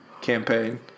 campaign